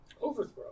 overthrow